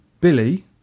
Billy